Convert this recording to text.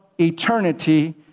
eternity